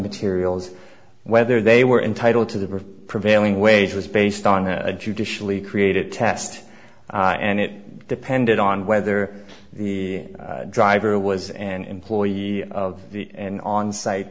materials whether they were entitled to the prevailing wage was based on a judicially created test and it depended on whether the driver was an employee of the an on site